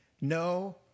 No